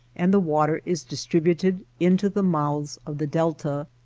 and the water is distributed into the mouths of the delta.